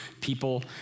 people